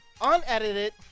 unedited